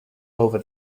over